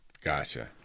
Gotcha